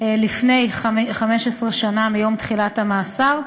לפני 15 שנה מיום תחילת המאסר.